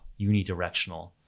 unidirectional